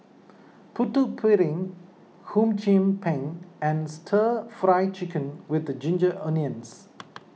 Putu Piring Hum Chim Peng and Stir Fry Chicken with the Ginger Onions